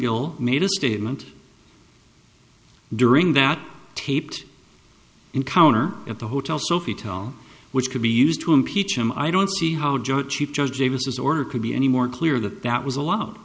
gill made a statement during that taped encounter at the hotel sophie tell which could be used to impeach him i don't see how joint chief judge davis order could be any more clear that that was a lo